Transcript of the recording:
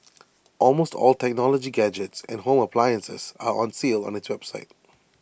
almost all technology gadgets and home appliances are on sale on its website